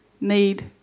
need